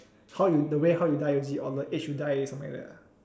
how you the way how you die is it or the age you die something like that